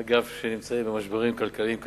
אגב, שנמצאות במשברים כלכליים קשים.